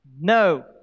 No